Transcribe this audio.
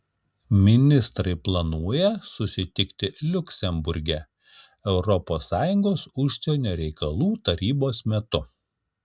ministrai planuoja susitikti liuksemburge europos sąjungos užsienio reikalų tarybos metu